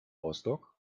rostock